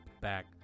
back